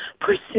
pursue